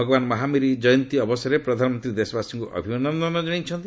ଭଗବାନ ମହାବୀର କୟନ୍ତୀ ଅବସରରେ ପ୍ରଧାନମନ୍ତ୍ରୀ ଦେଶବାସୀଙ୍କୁ ଅଭିନନ୍ଦନ କଣାଇଛନ୍ତି